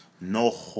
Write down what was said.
No